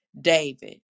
David